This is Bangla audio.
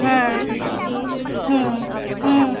হ্যাঁ হুম হুম